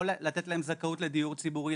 או לתת להם זכאות לדיור ציבורי,